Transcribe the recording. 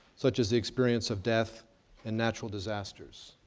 such as the experience of death and natural disasters.